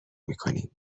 میکنیم